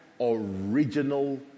original